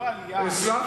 הם לא באים לפי חוק השבות,